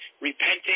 repenting